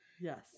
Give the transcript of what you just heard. Yes